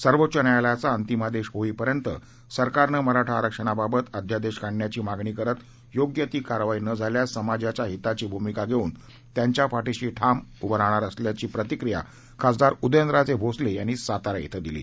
सर्वोच्च न्यायालयाचाअंतीम आदेश होईपर्यंत सरकारनं मराठा आरक्षणाबाबत अध्यादेश काढण्याची मागणी करत योग्य कारवाई न झाल्यास समाजाच्या हिताची भूमिका घेऊन त्याच्या पाठीशी ठाम राहणार असल्याची प्रतिक्रिया खासदार उदयनराजे भोसले यांनी सातारा इथं दिली